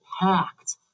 packed